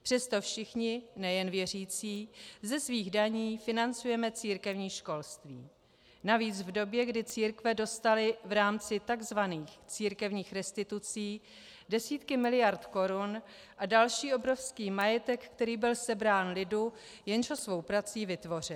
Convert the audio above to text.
Přesto všichni, nejen věřící, ze svých daní financujeme církevní školství, navíc v době, kdy církve dostaly v rámci takzvaných církevních restitucí desítky miliard korun a další obrovský majetek, který byl sebrán lidu, jenž ho svou prací vytvořil.